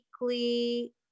weekly